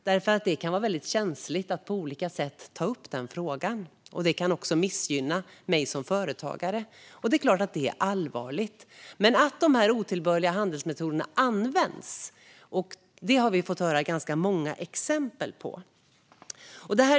Det kan nämligen vara väldigt känsligt att på olika sätt ta upp den frågan, och det kan också missgynna en som företagare. Det är klart att det är allvarligt, men att de här otillbörliga handelsmetoderna används har vi fått höra ganska många exempel på.